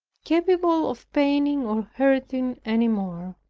capable of paining or hurting any more.